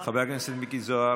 חבר הכנסת מיקי זוהר,